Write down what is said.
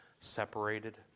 separated